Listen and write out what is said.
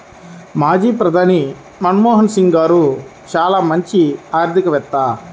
మాజీ ప్రధాని మన్మోహన్ సింగ్ గారు చాలా మంచి ఆర్థికవేత్త